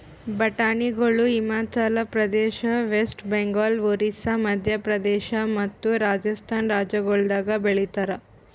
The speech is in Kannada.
ಬಟಾಣಿಗೊಳ್ ಹಿಮಾಚಲ ಪ್ರದೇಶ, ವೆಸ್ಟ್ ಬೆಂಗಾಲ್, ಒರಿಸ್ಸಾ, ಮದ್ಯ ಪ್ರದೇಶ ಮತ್ತ ರಾಜಸ್ಥಾನ್ ರಾಜ್ಯಗೊಳ್ದಾಗ್ ಬೆಳಿತಾರ್